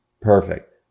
Perfect